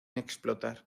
explotar